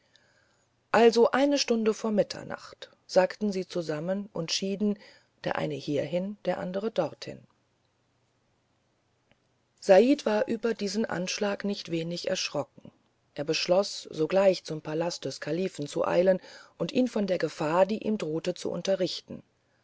also eine stunde vor mitternacht sagten sie zusammen und schieden der eine hierhin der andere dorthin said war über diesen anschlag nicht wenig erschrocken er beschloß sogleich zum palast des kalifen zu eilen und ihn von der gefahr die ihm drohte zu unterrichten